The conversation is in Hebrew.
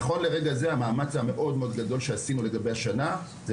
נכון לרגע זה המאמץ המאוד מאוד גדול שעשינו לגבי השנה הנוכחית,